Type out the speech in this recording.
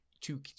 two